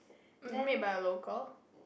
mm made by a local